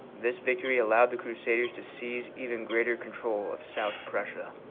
this victory allowed the crusaders to seize even greater control of south pressure